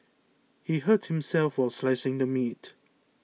he hurt himself while slicing the meat